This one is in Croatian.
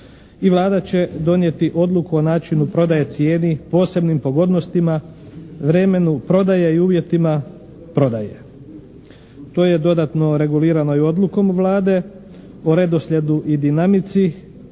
Vlada će donijeti odluku o načinu prodaje, cijeni, posebnim pogodnostima, vremenu prodaje i uvjetima prodaje. To je dodatno regulirano i odlukom Vlade o redoslijedu i dinamici